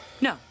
No